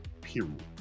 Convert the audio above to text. period